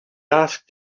asked